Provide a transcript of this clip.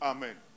Amen